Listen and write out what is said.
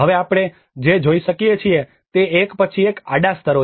હવે આપણે જે જોઈ શકીએ છીએ તે એક પછી એક આડા સ્તરો છે